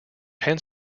penn